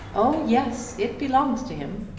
oh yes it belongs to him.